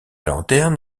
lanterne